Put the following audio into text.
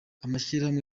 amashyirahamwe